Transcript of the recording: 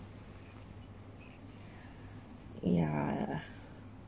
yeah